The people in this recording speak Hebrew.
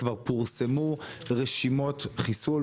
כבר פורסמו "רשימות חיסול",